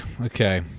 Okay